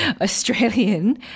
Australian